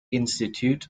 institute